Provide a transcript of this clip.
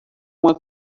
uma